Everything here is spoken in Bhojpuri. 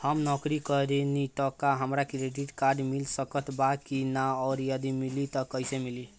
हम नौकरी करेनी त का हमरा क्रेडिट कार्ड मिल सकत बा की न और यदि मिली त कैसे मिली?